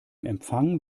empfang